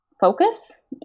focus